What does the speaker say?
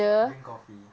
drink coffee